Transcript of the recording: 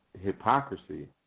hypocrisy